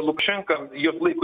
lukašenka juos laiko